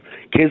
Kids